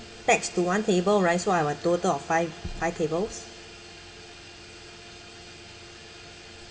pax to one table right so I will total of five five tables